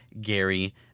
Gary